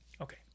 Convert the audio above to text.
okay